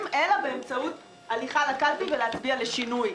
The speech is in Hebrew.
אלא באמצעות הליכה לקלפי והצבעה ללשינוי,